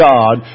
God